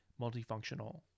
multifunctional